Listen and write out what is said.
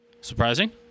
Surprising